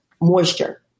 moisture